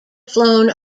flown